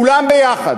כולם יחד